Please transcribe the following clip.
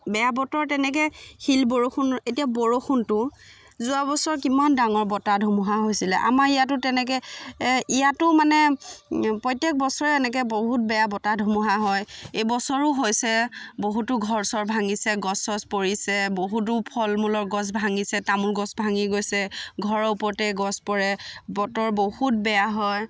বেয়া বতৰ তেনেকৈ শিল বৰষুণ এতিয়া বৰষুণটো যোৱা বছৰ কিমান ডাঙৰ বতাহ ধুমুহা হৈছিলে আমাৰ ইয়াতো তেনেকৈ ইয়াতো মানে প্ৰত্যেক বছৰে এনেকৈ বহুত বেয়া বতাহ ধুমুহা হয় এই বছৰো হৈছে বহুতো ঘৰ চৰ ভাঙিছে গছ চছ পৰিছে বহুতো ফল মূলৰ গছ ভাঙিছে তামোল গছ ভাঙি গৈছে ঘৰৰ ওপৰতে গছ পৰে বতৰ বহুত বেয়া হয়